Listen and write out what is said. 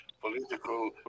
political